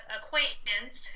acquaintance